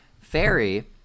Fairy